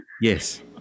Yes